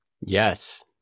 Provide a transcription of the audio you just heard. Yes